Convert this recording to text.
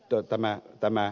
jo tämä tämä